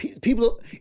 people